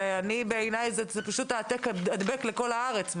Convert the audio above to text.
בעיניי צריך לעשות העתק הדבק לכל הארץ.